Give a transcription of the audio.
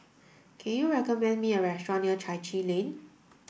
can you recommend me a restaurant near Chai Chee Lane